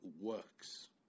works